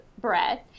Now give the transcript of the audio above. bread